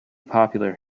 popular